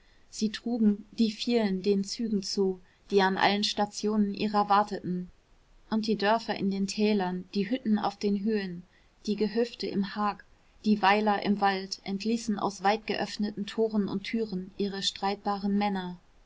sie trugen die vielen den zügen zu die an allen stationen ihrer warteten und die dörfer in den tälern die hütten auf den höhen die gehöfte im hag die weiler im wald entließen aus weitgeöffneten toren und türen ihre streitbaren männer